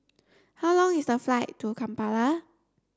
how long is the flight to Kampala